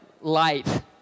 light